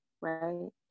right